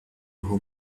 who